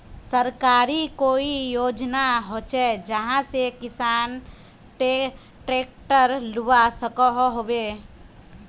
सरकारी कोई योजना होचे जहा से किसान ट्रैक्टर लुबा सकोहो होबे?